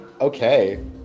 Okay